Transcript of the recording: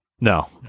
No